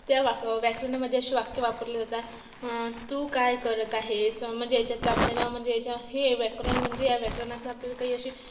त्या वा व्याकरणामध्ये असे वाक्य वापरले जातात तू काय करत आहेस म्हणजे याच्यातलं आपल्याला म्हणजे याचा हे व्याकरण म्हणजे या व्याकरणातलं आपल्याला काही असे